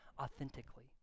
authentically